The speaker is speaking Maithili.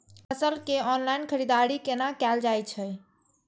फसल के ऑनलाइन खरीददारी केना कायल जाय छै?